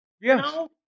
Yes